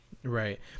Right